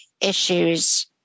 issues